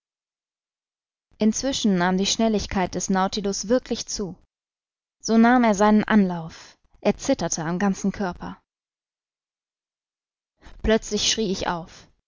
inzwischen nahm die schnelligkeit des nautilus wirklich zu so nahm er seinen anlauf er zitterte am ganzen körper plötzlich schrie ich auf